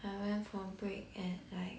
I went for break at like